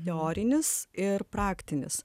teorinis ir praktinis